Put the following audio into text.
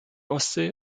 ostsee